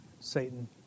Satan